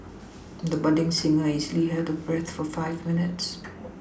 the budding singer easily held her breath for five minutes